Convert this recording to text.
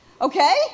Okay